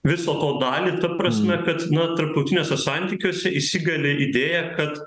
viso to dalį ta prasme kad na tarptautiniuose santykiuose įsigali idėja kad